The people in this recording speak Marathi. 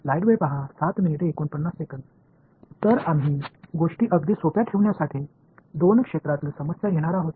तर आम्ही गोष्टी अगदी सोप्या ठेवण्यासाठी दोन क्षेत्रातील समस्या घेणार आहोत